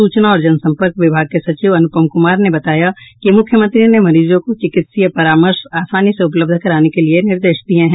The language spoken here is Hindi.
सूचना और जन संपर्क विभाग के सचिव अनुपम कुमार ने बताया कि मुख्यमंत्री ने मरीजों को चिकित्सीय परामर्श आसानी से उपलब्ध कराने के लिये निर्देश दिये हैं